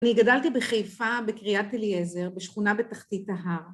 ‫אני גדלתי בחיפה בקריית אליעזר, ‫בשכונה בתחתית ההר.